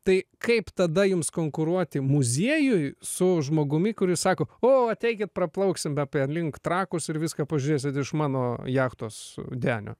tai kaip tada jums konkuruoti muziejuj su žmogumi kuris sako o ateikit praplauksim apie link trakus ir viską pažinsit iš mano jachtos denio